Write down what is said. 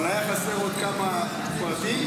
אבל היו חסרים עוד כמה פרטים,